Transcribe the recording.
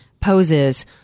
poses